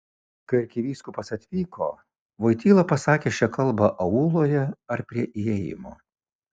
kai arkivyskupas atvyko voityla pasakė šią kalbą auloje ar prie įėjimo